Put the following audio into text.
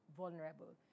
vulnerable